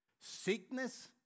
sickness